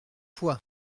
fois